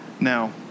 Now